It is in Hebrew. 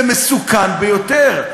זה מסוכן ביותר.